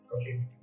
Okay